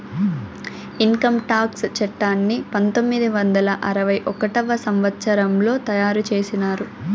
income tax చట్టాన్ని పంతొమ్మిది వందల అరవై ఒకటవ సంవచ్చరంలో తయారు చేసినారు